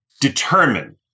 determine